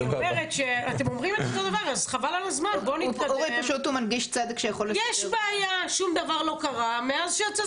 אני באתי משדרות לפה אחרי שחטפתי מכות ממשטרה